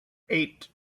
eight